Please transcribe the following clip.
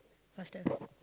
faster